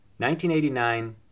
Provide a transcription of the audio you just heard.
1989